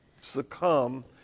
succumb